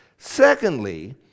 Secondly